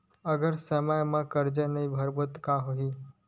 अगर समय मा कर्जा नहीं भरबों का होई?